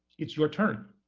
it's your turn,